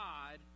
God